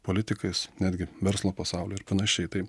politikais netgi verslo pasaulio ir panašiai tai